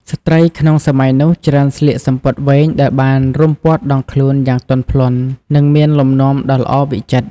ស្ត្រីក្នុងសម័យនោះច្រើនស្លៀកសំពត់វែងដែលបានរុំព័ទ្ធដងខ្លួនយ៉ាងទន់ភ្លន់ និងមានលំនាំដ៏ល្អវិចិត្រ។